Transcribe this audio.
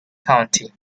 county